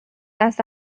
است